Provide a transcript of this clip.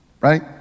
right